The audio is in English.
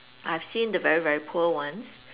I've seen the very very poor ones